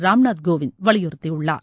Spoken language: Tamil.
ராம் நாத் கோவிந்த் வலியுறுத்தியுள்ளார்